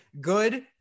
good